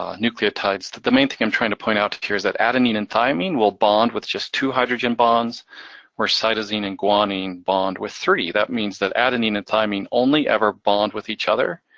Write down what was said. ah nucleotides, the main thing i'm trying to point out here is that adenine and thymine will bond with just two hydrogen bonds where cytosine and guanine bond with three. that means that adenine and thymine only ever bond with each other,